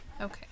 okay